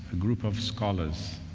a group of scholars